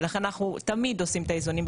ולכן אנחנו תמיד עושים את האיזונים,